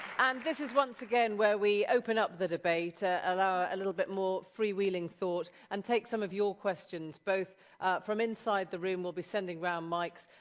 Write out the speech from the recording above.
and this is once again where we open up the debate, ah allow a little bit more freewheeling thought and take some of your questions, both from inside the room, we'll be sending around mics.